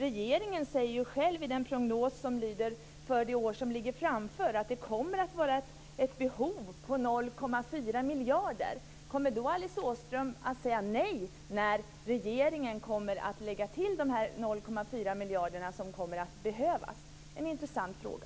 Regeringen säger ju själv i prognosen för det kommande året att det kommer att vara ett behov på 0,4 miljarder. Kommer då Alice Åström att säga nej när regeringen kommer att lägga till de 0,4 miljarderna som kommer att behövas? Det är en intressant fråga.